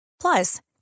Plus